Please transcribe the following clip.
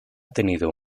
tenido